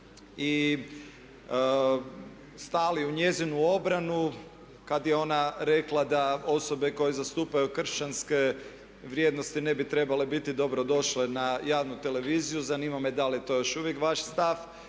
i stali u njezinu obranu kada je ona rekla da osobe koje zastupaju kršćanske vrijednosti ne bi trebale biti dobro došle na javnu televiziju. Zanima me da li je to još uvijek vaš stav